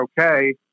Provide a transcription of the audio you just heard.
okay